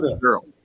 girl